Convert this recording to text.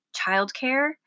childcare